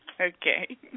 Okay